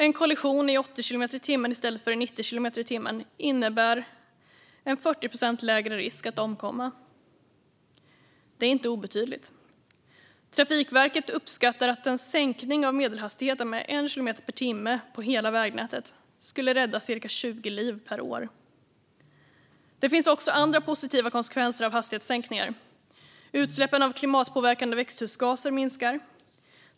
En kollision i 80 kilometer i timmen i stället för i 90 kilometer i timmen innebär en 40 procent lägre risk att omkomma; det är inte obetydligt. Trafikverket uppskattar att en sänkning av medelhastigheten med 1 kilometer i timmen på hela vägnätet skulle rädda cirka 20 liv per år. Det finns också andra positiva konsekvenser av hastighetssänkningar. Utsläppen av klimatpåverkande växthusgaser minskar.